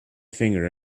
finger